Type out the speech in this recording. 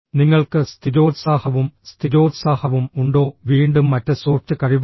നിങ്ങൾക്ക് സ്ഥിരോത്സാഹവും സ്ഥിരോത്സാഹവും ഉണ്ടോ വീണ്ടും മറ്റ് സോഫ്റ്റ് കഴിവുകൾ